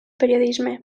periodisme